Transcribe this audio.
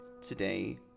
today